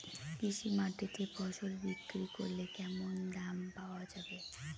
কৃষি মান্ডিতে ফসল বিক্রি করলে কেমন দাম পাওয়া যাবে?